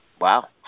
Wow